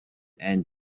and